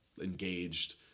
engaged